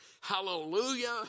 hallelujah